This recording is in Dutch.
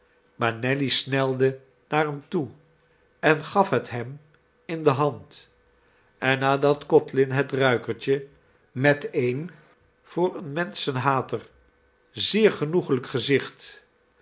maar nelly snelde naar hem toe en gaf het hem in de hand en nadat codlin het ruikertje met een voor een menschenhater zeer genoeglijk gezicht